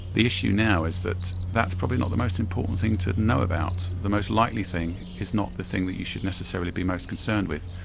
the issue now is that that's probably not the most important thing to know about. the most likely thing is not the thing that you should necessarily be most concerned with.